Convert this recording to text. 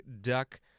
duck